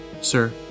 Sir